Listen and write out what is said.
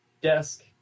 desk